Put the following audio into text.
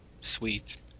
Sweet